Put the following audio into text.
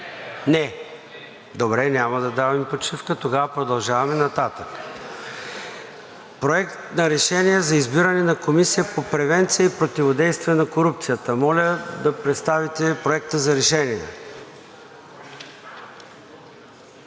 „Не!“) Добре, няма да даваме почивка. Тогава продължаваме нататък – Проект на решение за избиране на Комисия по превенция и противодействие на корупцията. Моля да представите от името